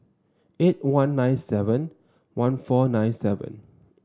eight one nine seven one four nine seven